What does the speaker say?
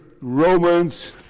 Romans